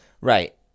right